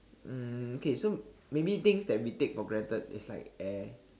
um okay so maybe things we take for granted is like air